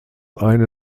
eine